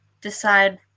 decide